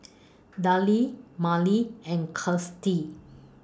Darell Marlee and Gustie